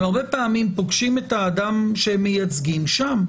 הם הרבה פעמים פוגשים את האדם שהם מייצגים שם.